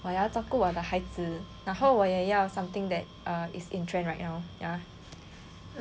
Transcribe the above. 我要照顾我的的孩子然后我也要 something that err is in trend right now ya